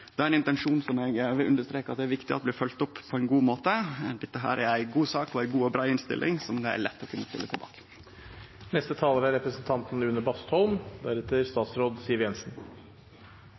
Det er ein intensjon som eg vil understreke er viktig at blir følgd opp på ein god måte. Dette er ei god sak og ei god og brei innstilling som det er lett å kunne stille seg bak. Jeg vil begynne med å si gratulerer med dagen. Dette er